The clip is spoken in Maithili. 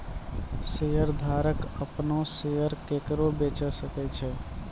शेयरधारक अपनो शेयर केकरो बेचे सकै छै